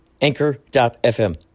Anchor.fm